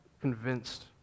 convinced